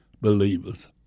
believers